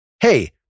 Hey